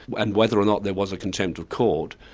and whether or not there was a contempt of court,